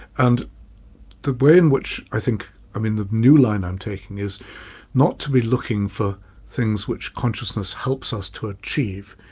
and the way in which i think i mean the new line i'm taking is not to be looking for things which consciousness helps us to achieve.